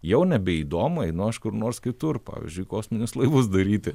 jau nebeįdomu einu aš kur nors kitur pavyzdžiui kosminius laivus daryti